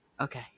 Okay